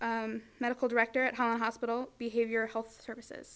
duma medical director at hospital behavioral health services